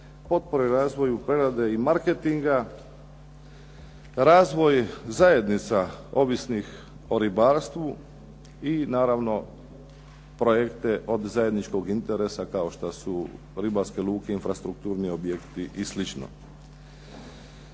potpore razvoju prerade i marketinga, razvoj zajednica ovisnih o ribarstvu i naravno projekte od zajedničkog interesa kao što su ribarske luke, infrastrukturni objekti i